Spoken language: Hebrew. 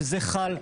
שזה חל,